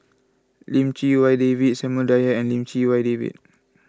Lim Chee Wai David Samuel Dyer and Lim Chee Wai David